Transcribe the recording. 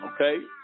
Okay